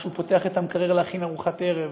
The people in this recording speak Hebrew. כשהוא פותח את המקרר להכין ארוחת ערב,